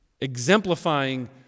exemplifying